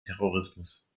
terrorismus